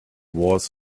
was